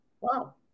Wow